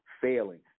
failing